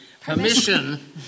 permission